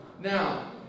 Now